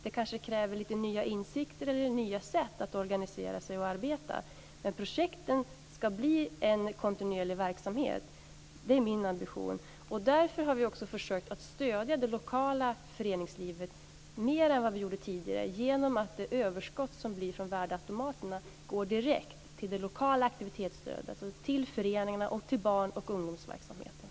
Det kanske kräver lite nya insikter eller nya sätt att organisera sig och arbeta, men projekten ska bli en kontinuerlig verksamhet. Det är min ambition. Därför har vi försökt att stödja det lokala föreningslivet mer än vad vi gjorde tidigare genom att överskottet från värdeautomaterna går direkt till det lokala aktivitetsstödet, alltså till föreningarna och till barn och ungdomsverksamheten.